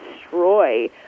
destroy